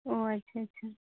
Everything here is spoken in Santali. ᱚᱸᱻ ᱟᱪᱪᱷᱟ ᱟᱪᱪᱷᱟ